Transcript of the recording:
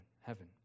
heaven